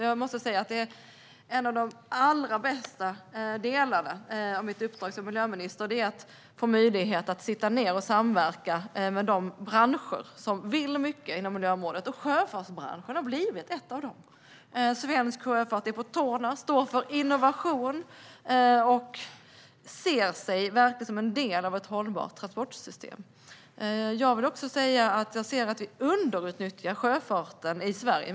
Jag måste säga att något av det allra bästa med mitt uppdrag som miljöminister är att jag får möjlighet att sitta ned och samverka med de branscher som vill mycket inom miljömålet, och sjöfartsbranschen har blivit en av dem. Svensk sjöfart är på tårna, står för innovation och ser sig verkligen som en del av ett hållbart transportsystem. Jag vill också säga att vi underutnyttjar sjöfarten i Sverige.